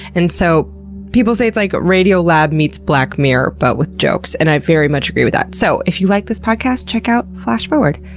and so people say it's like radiolab radiolab meets black mirror, but with jokes, and i very much agree with that. so, if you like this podcast, check out flash forward.